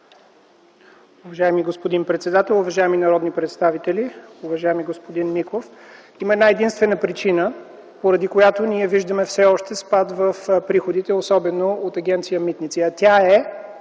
Уважаеми господин председател, уважаеми народни представители, уважаеми господин Миков! Има една-единствена причина, поради която ние виждаме все още спад в приходите, особено от Агенция „Митници”,